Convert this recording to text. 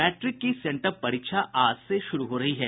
matric की sent up परीक्षा आज से शुरू हो रही है